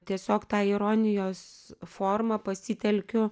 tiesiog tą ironijos formą pasitelkiu